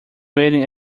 waiting